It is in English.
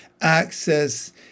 access